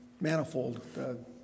manifold